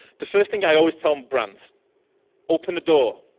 the first thing i always tell brands open the door.